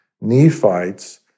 Nephites